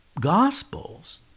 Gospels